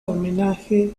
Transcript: homenaje